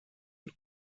und